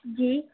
جی